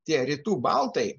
tie rytų baltai